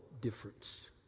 difference